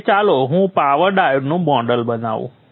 હવે ચાલો હું પાવર ડાયોડનું મોડલ બનાવું